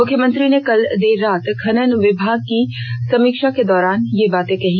मुख्यमंत्री ने कल देर रात खनन विभाग की समीक्षा के दौरान यह बाते कहीं